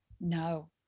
no